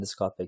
endoscopic